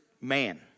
man